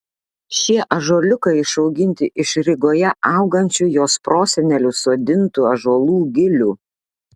šie ąžuoliukai išauginti iš rygoje augančių jos prosenelių sodintų ąžuolų gilių